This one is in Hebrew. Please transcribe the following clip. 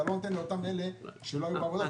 אתה לא נותן לאותם אלה שלא היו בעבודה.